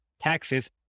taxes